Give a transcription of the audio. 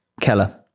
Keller